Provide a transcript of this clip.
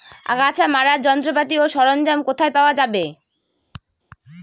আগাছা মারার যন্ত্রপাতি ও সরঞ্জাম কোথায় পাওয়া যাবে?